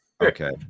Okay